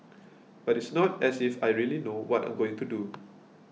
but it's not as if I really know what I'm going to do